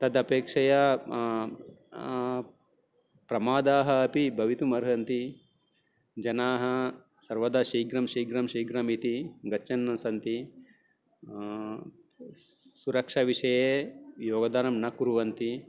तद् अपेक्षया प्रमादाः अपि भवितुमर्हन्ति जनाः सर्वदा शीघ्रं शीघ्रं शीघ्रमिति गच्छन् सन्ति सुरक्षाविषये योगदानं न कुर्वन्ति